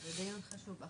אכן דיון חשוב.